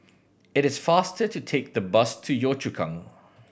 it is faster to take the bus to Yio Chu Kang